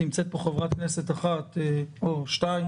נמצאת פה חברת כנסת אחת, אור שטיין